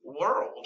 world